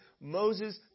Moses